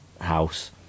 house